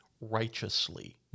righteously